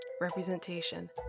Representation